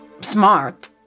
smart